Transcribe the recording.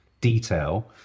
detail